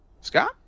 Scott